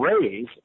raise